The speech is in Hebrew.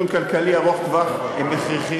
אני חושב ששקיפות ותכנון כלכלי ארוך טווח הם הכרחיים.